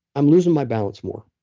i'm losing my balance more.